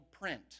print